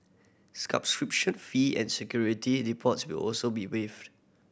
fee and security will also be waived